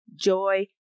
joy